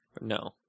No